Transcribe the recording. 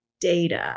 data